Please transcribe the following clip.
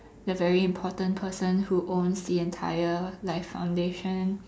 the very important person who owns the entire life foundation